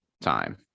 time